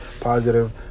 positive